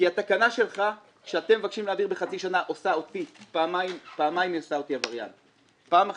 התקנה שאתם מבקשים להעביר בחצי שנה עושה אותי עבריין פעמיים,